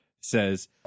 says